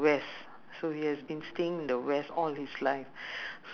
because I'm not working no I don't go weekend because weekend all the